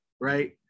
right